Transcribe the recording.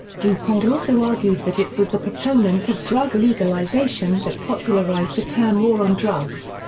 dupont also argued that it was the proponents of drug legalization that popularized the term war on drugs.